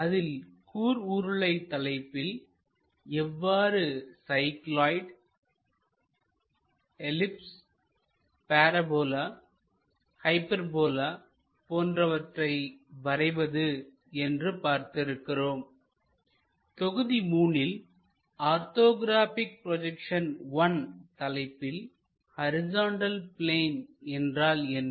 அதில் கூர் உருளை தலைப்பில்எவ்வாறு சைக்லாய்டுஎல்லிப்ஸ்ப்பராபோலா ஹைபர்போலா போன்றவற்றை வரைவது என்று பார்த்து இருக்கிறோம் தொகுதி 3 ல்ஆர்த்தோகிராபிக் ப்ரோஜெக்சன் I தலைப்பில் ஹரிசாண்டல் பிளேன் என்றால் என்ன